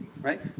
right